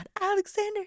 Alexander